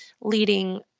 leading